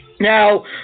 Now